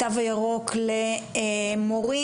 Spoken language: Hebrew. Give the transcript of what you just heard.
כיתה ירוקה ביסודי ובתיכונים,